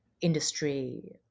industry